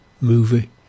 movie